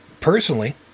Personally